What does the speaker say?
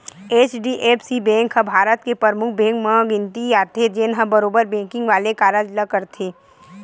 HDFC bank ह भारत के परमुख बेंक मन म गिनती आथे, जेनहा बरोबर बेंकिग वाले कारज ल करथे